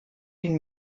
den